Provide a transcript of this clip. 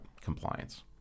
compliance